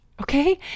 okay